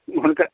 हुनकर